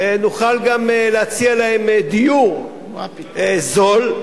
ונוכל גם להציע להם דיור זול.